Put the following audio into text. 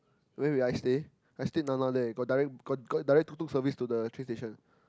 where will I stay I stay Nana there got direct got direct tuk-tuk service to the train station